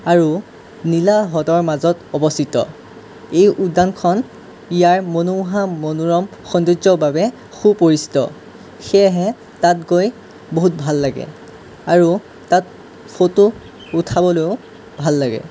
আৰু নীলা সঁদৰ মাজত অৱস্থিত এই উদ্যানখন ইয়াৰ মনোমোহা মনোৰম সৌন্দৰ্যৰ বাবে সুপৰিচিত সেয়েহে তাত গৈ বহুত ভাল লাগে আৰু তাত ফটো উঠাবলৈও ভাল লাগে